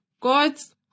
God's